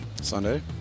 Sunday